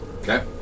Okay